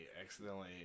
accidentally